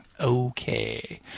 Okay